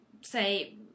say